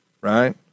right